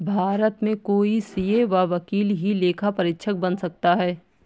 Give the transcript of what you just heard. भारत में कोई सीए या वकील ही लेखा परीक्षक बन सकता है